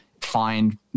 find